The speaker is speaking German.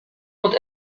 und